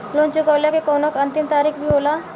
Loan चुकवले के कौनो अंतिम तारीख भी होला का?